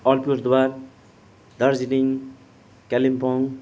Alipurduar Darjeeling Kalimpong